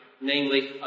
namely